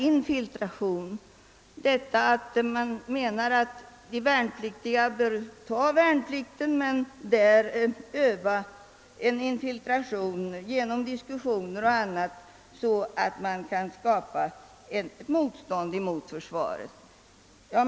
De värnpliktiga uppmanas att göra värnpliktstjänstgöring men där utöva en infiltration bl.a. genom diskussioner för att skapa ett motstånd mot försvaret.